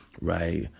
right